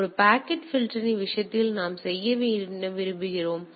எனவே ஒரு பாக்கெட் பில்டரின் விஷயத்தில் நாம் என்ன செய்ய விரும்புகிறோம்